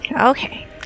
Okay